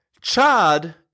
Chad